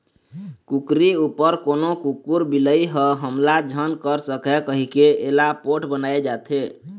कुकरी उपर कोनो कुकुर, बिलई ह हमला झन कर सकय कहिके एला पोठ बनाए जाथे